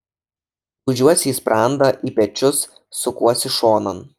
gūžiuosi į sprandą į pečius sukuosi šonan